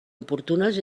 oportunes